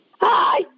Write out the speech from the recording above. Hi